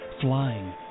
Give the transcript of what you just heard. flying